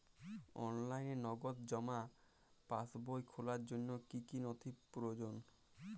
অনলাইনে নগদ জমা পাসবই খোলার জন্য কী কী নথি প্রয়োজন?